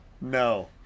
no